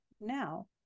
now